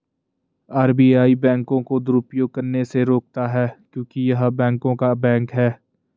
RBI बैंकों को दुरुपयोग करने से रोकता हैं क्योंकि य़ह बैंकों का बैंक हैं